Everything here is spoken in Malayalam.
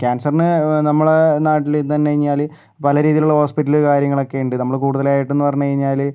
ക്യാൻസറിന് നമ്മളുടെ നാട്ടിൽ പല രീതിയിലുള്ള ഹോസ്പിറ്റല് കാര്യങ്ങളൊക്കെയുണ്ട് നമ്മള് കുടുതലായിട്ടെന്ന് പറഞ്ഞ് കഴിഞ്ഞാല്